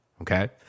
okay